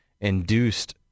induced